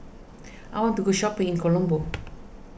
I want to go shopping in Colombo